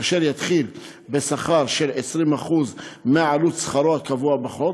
והוא יתחיל בשכר של 20% מעלות שכרו הקבוע בחוק.